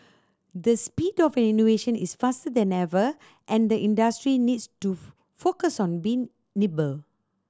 the speed of innovation is faster than ever and the industry needs to focus on being nimble